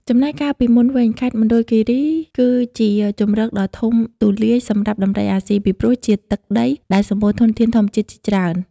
ចំណែកកាលពីមុនវិញ ខេត្តមណ្ឌលគិរីគឺជាជម្រកដ៏ធំទូលាយសម្រាប់ដំរីអាស៊ី ពីព្រោះជាទឹកដីដែលសម្បូរធនធានធម្មជាតិជាច្រើន។